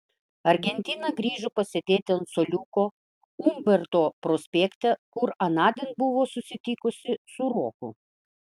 argentina grįžo pasėdėti ant suoliuko umberto prospekte kur anądien buvo susitikusi su roku